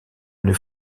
une